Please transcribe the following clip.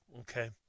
Okay